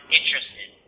interested